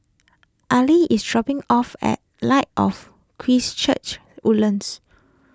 Aili is dropping off at Light of Christ Church Woodlands